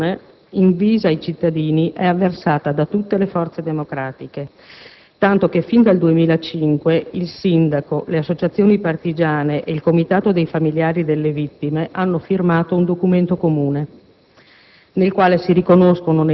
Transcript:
Questa manifestazione, invisa ai cittadini, è avversata da tutte le forze democratiche, tanto che fin dal 2005 il Sindaco, le associazioni partigiane e il Comitato dei familiari delle vittime hanno firmato un documento comune